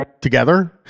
together